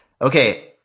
Okay